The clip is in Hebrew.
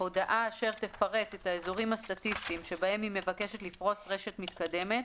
הודעה אשר תפרט את האזורים הסטטיסטיים שבהם היא מבקשת לפרוס רשת מתקדמת